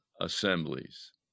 assemblies